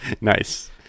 Nice